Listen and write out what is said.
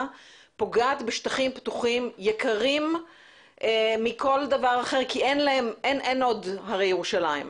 פוגעת בשטחים פתוחים יקרים מכל דבר אחר כי אין עוד הרי ירושלים.